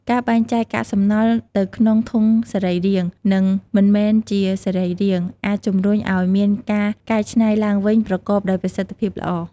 ការបែងចែកកាកសំណល់ទៅក្នុងធុងសរីរាង្គ និងមិនមែនជាសរីរាង្គ អាចជំរុញឲ្យមានការកែច្នៃឡើងវិញប្រកបដោយប្រសិទ្ធភាពល្អ។